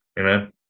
Amen